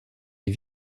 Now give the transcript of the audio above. est